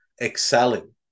excelling